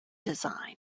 design